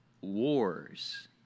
wars